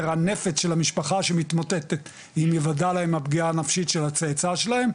של המשפחה שמתמוטטת עם היוודע להם הפגיעה הנפשית של הצאצא שלהם,